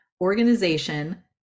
organization